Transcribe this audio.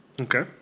okay